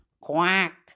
Quack